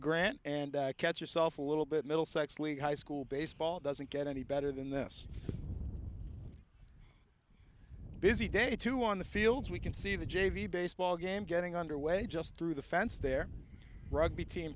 grand and catch yourself a little bit middlesex league high school baseball doesn't get any better than this busy day too on the field we can see the j v baseball game getting underway just through the fence there rugby team